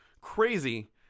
crazy